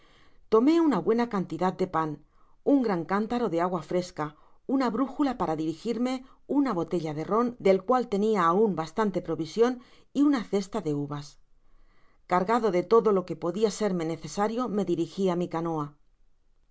tomó uña buena cantidad de pan un gran cántaro de agua fresca una brújula para dirigirme una botella de rom del cual tenia aun bastante provision y una cesta de uvas cargado de todo lo qae podia serme necesario me dirigí a mi canoa